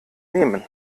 nehmen